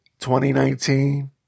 2019